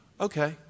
Okay